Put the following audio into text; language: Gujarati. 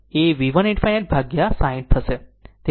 તેથી હું i ∞ એ V 1 ∞ ભાગ્યા 60 થશે